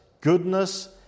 goodness